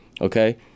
okay